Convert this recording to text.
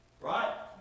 Right